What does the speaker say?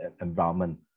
environment